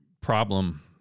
problem